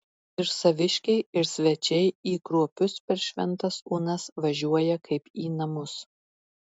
ir saviškiai ir svečiai į kruopius per šventas onas važiuoja kaip į namus